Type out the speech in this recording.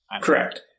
Correct